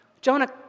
Jonah